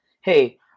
hey